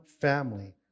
family